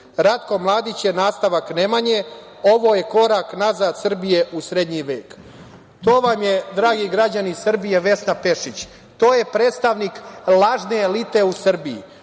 Ratko Mladić je nastavak Nemanje. Ovo je korak nazad Srbije u srednji vek. To vam je, dragi građani Srbije, Vesna Pešić, to je predstavnik lažne elite u Srbiji.